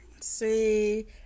See